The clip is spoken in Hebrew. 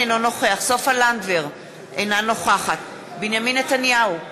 אינו נוכח סופה לנדבר, אינה נוכחת בנימין נתניהו,